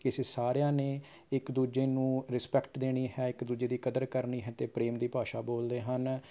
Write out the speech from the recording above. ਕਿ ਅਸੀਂ ਸਾਰਿਆਂ ਨੇ ਇੱਕ ਦੂਜੇ ਨੂੰ ਰਿਸਪੈੱਕਟ ਦੇਣੀ ਹੈ ਇੱਕ ਦੂਜੇ ਦੀ ਕਦਰ ਕਰਨੀ ਹੈ ਅਤੇ ਪ੍ਰੇਮ ਦੀ ਭਾਸ਼ਾ ਬੋਲਦੇ ਹਨ